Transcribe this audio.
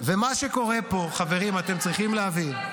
ומה שקורה פה, חברים, אתם צריכים להבין.